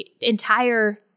entire